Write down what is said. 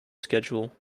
schedule